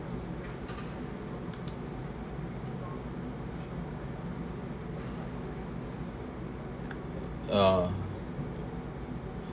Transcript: ya